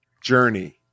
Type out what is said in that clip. journey